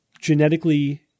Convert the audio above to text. genetically